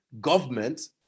government